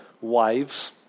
wives